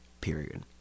Period